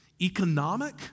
economic